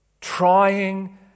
trying